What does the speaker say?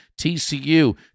TCU